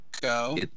Go